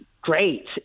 great